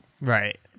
Right